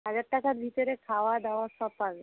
হাজার টাকার ভিতরে খাওয়া দাওয়া সব পাবে